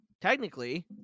technically